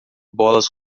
bolas